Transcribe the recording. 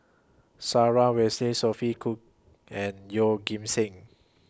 Sarah Winstedt Sophia Cooke and Yeoh Ghim Seng